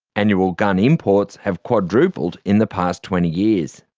annual gun imports have quadrupled in the past twenty years.